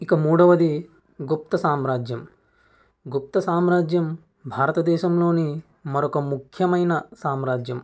ఇక మూడవది గుప్త సామ్రాజ్యం గుప్త సామ్రాజ్యం భారతదేశంలోని మరొక ముఖ్యమైన సామ్రాజ్యం